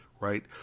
right